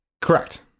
Correct